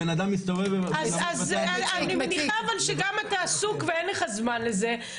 הבן אדם מסתובב --- אני מניח שגם אתה עסוק ואין לך זמן לזה.